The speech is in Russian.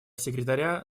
секретаря